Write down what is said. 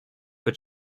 but